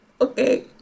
Okay